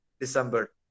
December